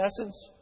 essence